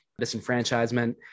disenfranchisement